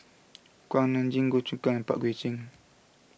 Kuak Nam Jin Goh Choon Kang and Pang Guek Cheng